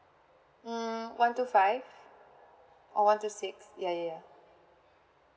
mm one two five or one two six ya ya